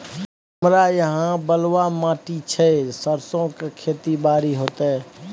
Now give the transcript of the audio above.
हमरा यहाँ बलूआ माटी छै सरसो के खेती बारी होते?